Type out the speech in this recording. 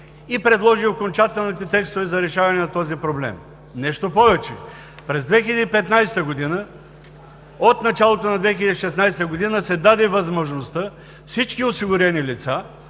и предложи окончателните текстове за решаване на този проблем. Нещо повече, през 2015 г. – от началото на 2016 г., се даде възможността всички осигурени лица